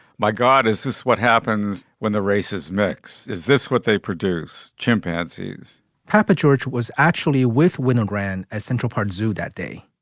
my god, is this what happens when the races mix? is this what they produce? chimpanzee's papageorge was actually with winogrand as central park zoo that day.